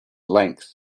length